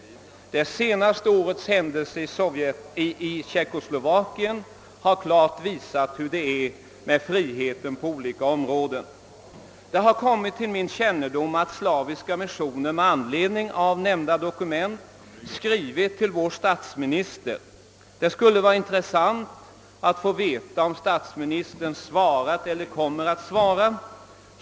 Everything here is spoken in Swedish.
Det senare årets händelser i Tjeckoslovakien har klart visat hur det är ställt med friheten på olika områden. Det har kommit till min kännedom att Slaviska missionen med anledning av nämnda dokument skrivit ett brev till vår statsminister. Det skulle vara intressant att få veta om statsministern svarat eller kommer att svara.